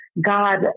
God